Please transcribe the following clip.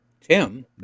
Tim